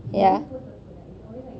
ya